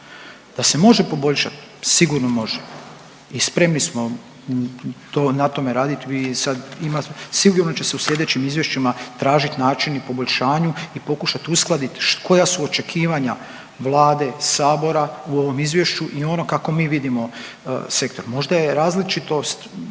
Da se može poboljšat sigurno može i spremni smo na tome radit. Sigurno će se u sljedećim izvješćima tražit način i poboljšanje i pokušat uskladit koja su očekivanja vlade, sabora u ovom izvješću i ono kako mi vidimo sektor. Možda je različitost